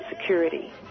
security